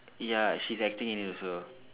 ya she's acting in it also